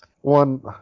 One